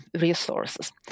resources